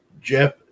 Jeff